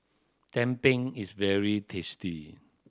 tumpeng is very tasty